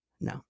no